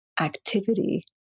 activity